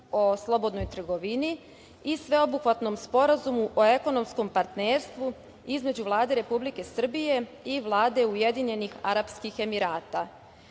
o slobodnoj trgovini i Sveobuhvatnom sporazumu o ekonomskom partnerstvu između Vlade Republike Srbije i Vlade Ujedinjenih Arapskih Emirata. Ovi